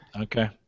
Okay